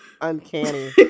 Uncanny